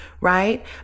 right